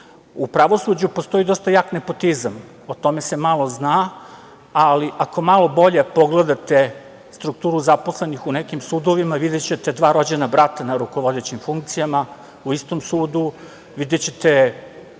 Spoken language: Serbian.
pravosuđu postoji dosta jak nepotizam, o tome se malo zna, ali ako malo bolje pogledate strukturu zaposlenih u nekim sudovima, videćete dva rođena brata na rukovodećim funkcijama u istom sudu, videćete